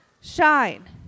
shine